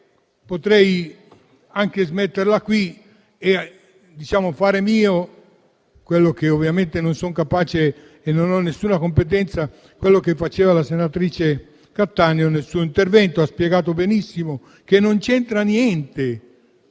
potrei anche smetterla qui e fare mio (ovviamente non sono capace e non ho nessuna competenza) quello che diceva la senatrice Cattaneo nel suo intervento, in cui ha spiegato benissimo che non c'entra niente